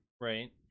right